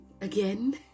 again